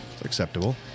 acceptable